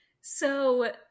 So-